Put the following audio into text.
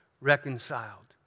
reconciled